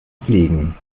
pflegen